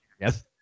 yes